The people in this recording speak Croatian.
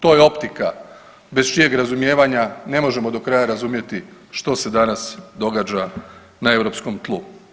To je optika bez čijeg razumijevanja ne možemo do kraja razumjeti što se danas događa na europskom tlu.